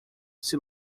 sea